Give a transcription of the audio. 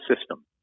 system